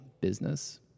business